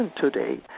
today